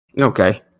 Okay